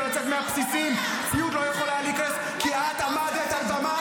ואת יכולה לבקש ממנו.